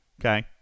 okay